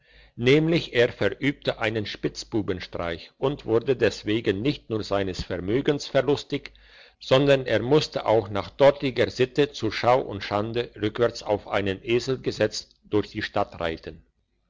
nämlich er verübte einen spitzbubenstreich und wurde deswegen nicht nur seines vermögens verlustig sondern er musste auch nach dortiger sitte zur schau und schande rückwärts auf einen esel gesetzt durch die stadt reiten